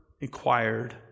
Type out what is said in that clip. inquired